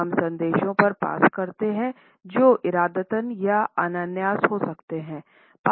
हम संदेशों पर पास करते हैं जो इरादतन या अनायास हो सकते हैं